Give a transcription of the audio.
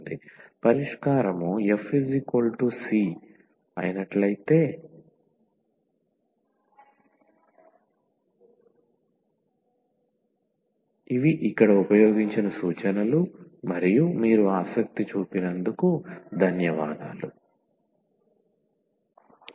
Glossary English Word Word Meaning Partial derivative partial derivative పాక్షిక ఉత్పన్నం coefficients coefficients గుణకాలు Mixed derivatives mixed derivatives మిశ్రమ ఉత్పన్నాలు arbitrary constants ఆర్బిట్రేరీ కాన్స్టాంట్స్ ఏకపక్ష స్థిరాంకాలు